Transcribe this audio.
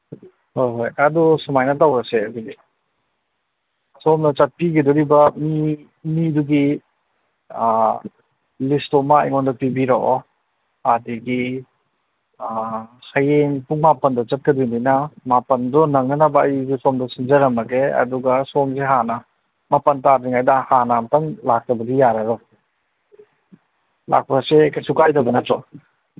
ꯍꯣꯏ ꯍꯣꯏ ꯑꯗꯨ ꯁꯨꯃꯥꯏꯅ ꯇꯧꯔꯁꯦ ꯑꯗꯨꯗꯤ ꯁꯣꯝꯅ ꯆꯠꯄꯤꯒꯗꯧꯔꯤꯕ ꯃꯤ ꯃꯤꯗꯨꯒꯤ ꯂꯤꯁꯇꯨꯃ ꯑꯩꯉꯣꯟꯗ ꯄꯤꯕꯤꯔꯛꯑꯣ ꯑꯗꯒꯤ ꯍꯌꯦꯡ ꯄꯨꯡ ꯃꯥꯄꯟꯗ ꯆꯠꯀꯗꯣꯏꯅꯤꯅ ꯃꯥꯄꯟꯗꯣ ꯅꯪꯅꯅꯕ ꯑꯩꯁꯨ ꯁꯣꯝꯗ ꯁꯤꯟꯖꯔꯝꯃꯒꯦ ꯑꯗꯨꯒ ꯁꯣꯝꯁꯤ ꯍꯥꯟꯅ ꯃꯥꯄꯟ ꯇꯥꯗ꯭ꯔꯤꯉꯩꯗ ꯍꯥꯟꯅ ꯑꯝꯇꯪ ꯂꯥꯛꯇꯕꯗꯤ ꯌꯥꯔꯔꯣꯏ ꯂꯥꯛꯄ ꯑꯁꯦ ꯀꯩꯁꯨ ꯀꯥꯏꯗꯕ ꯅꯠꯇ꯭ꯔꯣ